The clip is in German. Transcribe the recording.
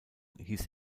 hieß